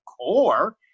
core